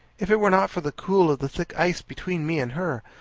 if it were not for the cool of the thick ice between me and her,